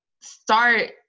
start